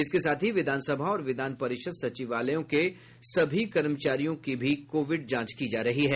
इसके साथ ही विधानसभा और विधान परिषद सचिवालयों के सभी कर्मचारियों की भी कोविड जांच की जा रही है